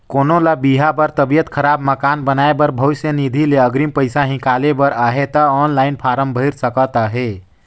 कोनो ल बिहा बर, तबियत खराब, मकान बनाए बर भविस निधि ले अगरिम पइसा हिंकाले बर अहे ता ऑनलाईन फारम भइर सकत अहे